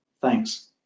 Thanks